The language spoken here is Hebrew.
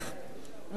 משה יעלון,